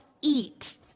eat